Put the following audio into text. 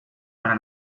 para